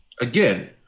again